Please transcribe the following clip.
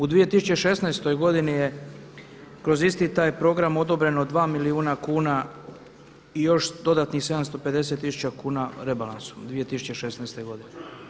U 2016. godini je kroz isti taj program odobreno dva milijuna kuna i još dodanih 750 tisuća kuna u rebalansu u 2016. godine.